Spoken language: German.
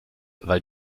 weil